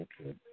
Okay